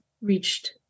reached